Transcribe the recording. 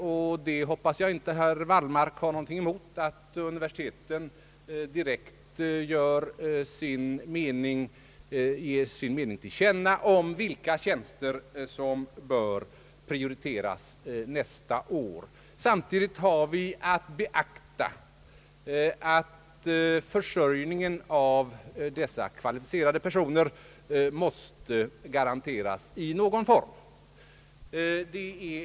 Jag hoppas att herr Wallmark inte har någonting emot att universiteten direkt ger sin mening till känna beträffande vilka tjänster som bör prioriteras nästkommande budgetår. Samtidigt har vi att beakta att försörjningen av högt kvalificerade personer måste garanteras i någon form.